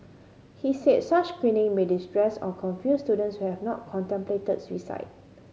he said such screening may distress or confuse students who have not contemplated suicide